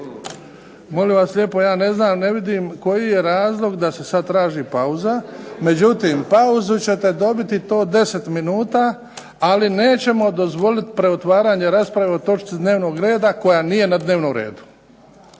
Molim vas lijepo, ja ne znam, ne vidim koji je razlog da se sad traži pauza, međutim pauzu ćete dobiti i to 10 minuta, ali nećemo dozvoliti preotvaranje rasprave o točci dnevnog reda koja nije na dnevnom redu.